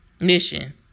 mission